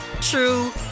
true